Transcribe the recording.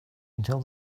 until